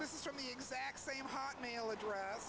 this is from the exact same hotmail address